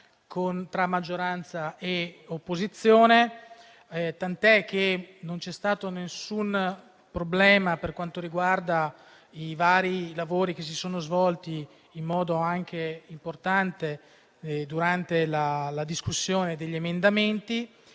tra maggioranza e opposizione, tant'è vero che non c'è stato alcun problema per quanto riguarda i vari lavori che si sono svolti durante la discussione degli emendamenti.